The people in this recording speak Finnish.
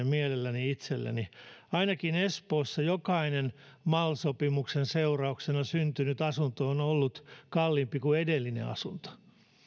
mielelläni itselleni ainakin espoossa jokainen mal sopimuksen seurauksena syntynyt asunto on ollut kalliimpi kuin edellinen asunto